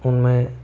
उन में